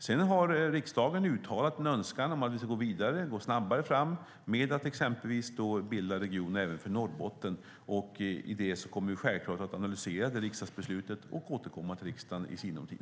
Sedan har riksdagen uttalat en önskan om att vi ska gå vidare och gå snabbare fram med att exempelvis bilda region även för Norrbotten, och där kommer vi självklart att analysera riksdagsbeslutet och återkomma till riksdagen i sinom tid.